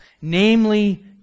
namely